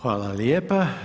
Hvala lijepa.